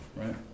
Right